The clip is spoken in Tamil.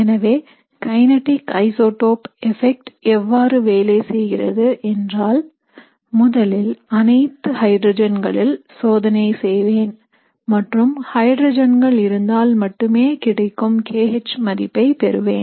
எனவே கைனடிக் ஐசோடோப் எபெக்ட் எவ்வாறு வேலை செய்கிறது என்றால் முதலில் அனைத்து ஹைட்ரஜன்களில் சோதனை செய்வேன் மற்றும் ஹைட்ரஜன்கள் இருந்தால் மட்டுமே கிடைக்கும் kH மதிப்பை பெறுவேன்